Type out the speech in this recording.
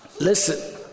listen